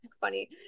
Funny